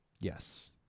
yes